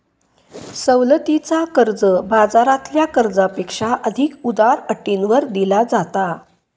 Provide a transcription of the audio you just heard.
सवलतीचा कर्ज, बाजारातल्या कर्जापेक्षा अधिक उदार अटींवर दिला जाता